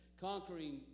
conquering